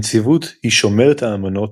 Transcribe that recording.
הנציבות היא 'שומרת האמנות'